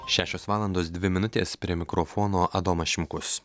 šešios valandos dvi minutės prie mikrofono adomas šimkus